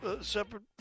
separate